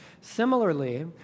Similarly